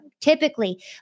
Typically